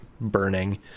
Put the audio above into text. burning